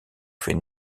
fait